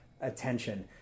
attention